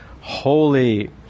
holy